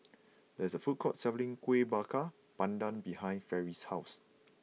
there is a food court selling Kueh Bakar Pandan behind Fairy's house